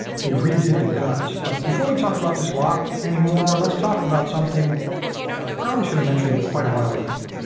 he redid the guts. but before we talk about this lock anymore, let's talk about something that i probably should have mentioned quite a while ago.